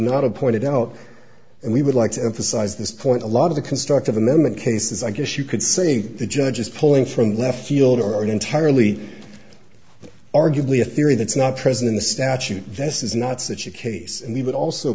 not to point it out and we would like to emphasize this point a lot of the constructive amendment cases i guess you could say the judge is pulling from left field or it entirely arguably a theory that's not present in the statute this is not such a case and we would also